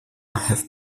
have